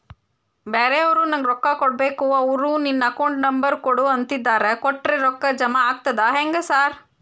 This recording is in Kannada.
ಬ್ಯಾರೆವರು ನಂಗ್ ರೊಕ್ಕಾ ಕೊಡ್ಬೇಕು ಅವ್ರು ನಿನ್ ಅಕೌಂಟ್ ನಂಬರ್ ಕೊಡು ಅಂತಿದ್ದಾರ ಕೊಟ್ರೆ ರೊಕ್ಕ ಜಮಾ ಆಗ್ತದಾ ಹೆಂಗ್ ಸಾರ್?